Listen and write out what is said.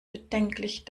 bedenklich